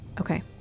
okay